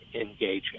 engaging